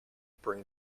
bring